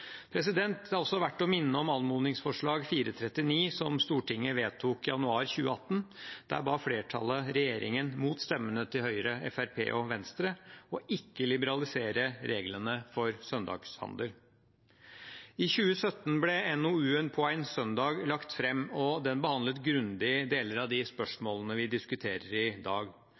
Det er også verdt å minne om anmodningsvedtak 439, fra januar 2018. Der ba flertallet regjeringen – mot stemmene til Fremskrittspartiet, Høyre og Venstre – om ikke å liberalisere reglene for søndagshandel. I 2017 ble NOU-en «På ein søndag?» lagt fram. Den behandlet grundig deler av de spørsmålene vi diskuterer i dag.